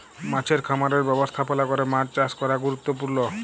মাছের খামারের ব্যবস্থাপলা ক্যরে মাছ চাষ ক্যরা গুরুত্তপুর্ল